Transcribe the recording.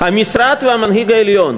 "המשרד והמנהיג העליון.